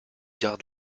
garde